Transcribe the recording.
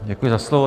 Děkuji za slovo.